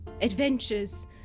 adventures